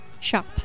shop